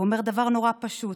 הוא אומר דבר נורא פשוט: